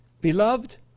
Beloved